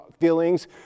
feelings